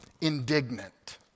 indignant